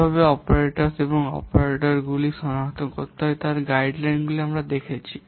কীভাবে অপারেটস এবং অপারেটরগুলি সনাক্ত করতে হয় তার গাইডলাইনগুলি আমরা দেখেছি